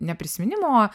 ne prisiminimų o